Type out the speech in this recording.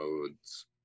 modes